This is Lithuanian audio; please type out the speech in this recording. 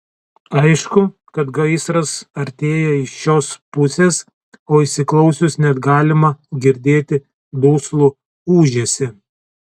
aišku kad gaisras artėja iš šios pusės o įsiklausius net galima girdėti duslų ūžesį